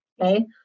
Okay